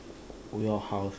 for your house